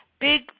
big